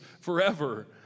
forever